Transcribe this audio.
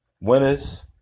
Winners